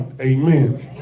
Amen